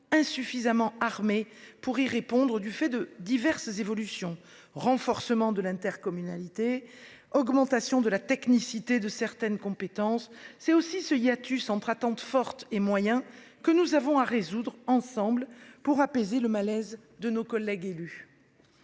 insuffisamment armés pour y répondre, du fait de diverses évolutions, notamment le renforcement de l'intercommunalité et l'augmentation de la technicité de certaines compétences. C'est le hiatus entre ces attentes fortes et les moyens réels des communes que nous avons à résoudre ensemble pour apaiser le malaise de nos collègues élus.